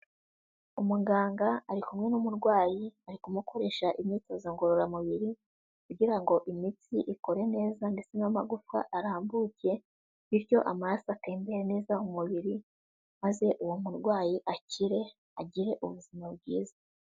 Umuganga ari kumwe n'umurwayi ari kumukoresha imyitozo ngororamubiri kugira ngo imitsi ikore neza ndetse n'amagufwa arambuye, bityo amaraso atembere neza mu mubiri maze uwo murwayi akire agire ubuzima bwiza.